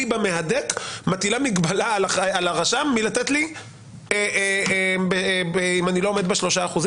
במהדק מטילה מגבלה על הרשם מלתת לי אם אני לא עומד ב-3%.